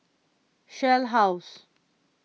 Shell House